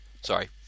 sorry